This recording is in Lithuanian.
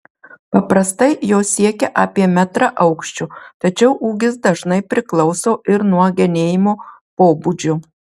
paprastai jos siekia apie metrą aukščio tačiau ūgis dažnai priklauso ir nuo genėjimo pobūdžio